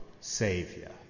Savior